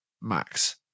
max